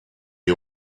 you